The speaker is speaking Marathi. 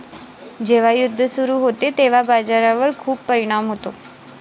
जेव्हा युद्ध सुरू होते तेव्हा बाजारावर खूप परिणाम होतो